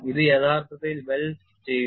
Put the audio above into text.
ഇത് യഥാർത്ഥത്തിൽ Wells ചെയ്തു